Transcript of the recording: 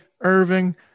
Irving